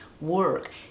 work